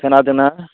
खोनादोंना